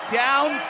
down